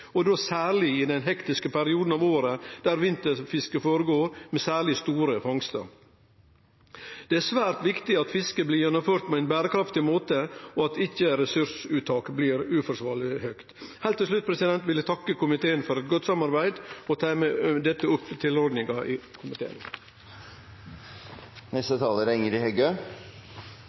og då særleg i den hektiske perioden av året der vinterfisket går føre seg, med særleg store fangstar. Det er svært viktig at fisket blir gjennomført på ein berekraftig måte, og at ikkje ressursuttaket blir uforsvarleg høgt. Heilt til slutt vil eg takke komiteen for eit godt samarbeid og tilrår med dette innstillinga frå komiteen.